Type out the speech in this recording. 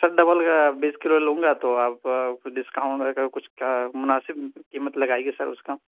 سر double کا بیس kilo لوں گا تو آپ ڈسکاؤنٹ کا کچھ کا مناسب قیمت لگائیے سر اس کا